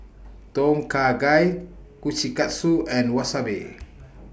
Tom Kha Gai Kushikatsu and Wasabi